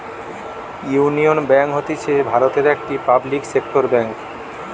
union Bank হতিছে ভারতের একটি পাবলিক সেক্টর বেঙ্ক